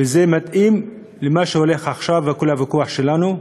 וזה מתאים למה שהולך עכשיו, וכל הוויכוח שלנו,